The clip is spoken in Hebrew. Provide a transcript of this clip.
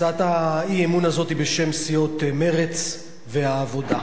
הצעת האי-אמון הזאת, בשם סיעות מרצ והעבודה.